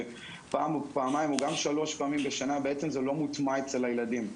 שפעם או פעמיים או שלוש פעמים בשנה בעצם לא מוטמע אצל הילדים.